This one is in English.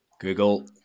Google